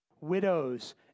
widows